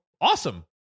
awesome